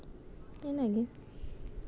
ᱤᱱᱟᱹᱜᱮ